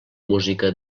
música